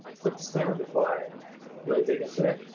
quick disclaimer before i really dig into it,